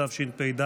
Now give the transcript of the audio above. התשפ"ד